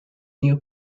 new